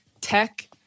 tech